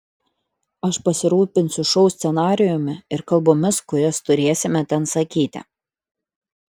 aš pasirūpinsiu šou scenarijumi ir kalbomis kurias turėsime ten sakyti